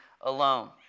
alone